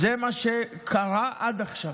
זה מה שקרה עד עכשיו.